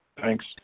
Thanks